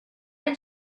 did